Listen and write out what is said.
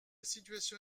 situation